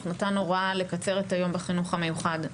נתן הוראה לקצר את היום בחינוך המיוחד,